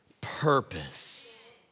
purpose